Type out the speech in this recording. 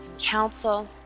counsel